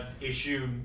issue